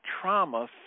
trauma